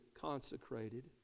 consecrated